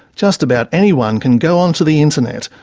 just about anyone can go onto the internet,